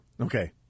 Okay